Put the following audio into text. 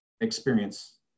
experience